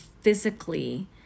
physically